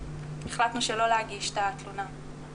שהחלטנו שלא להגיש את התלונה.